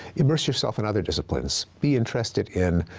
immerse yourself in other disciplines, be interested in